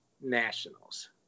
Nationals